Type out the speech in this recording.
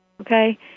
Okay